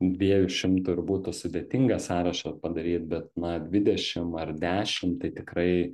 dviejų šimtų ir būtų sudėtinga sąrašą padaryt bet na dvidešim ar dešim tai tikrai